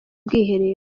bwiherero